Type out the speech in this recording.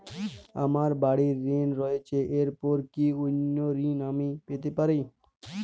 আমার বাড়ীর ঋণ রয়েছে এরপর কি অন্য ঋণ আমি পেতে পারি?